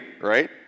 right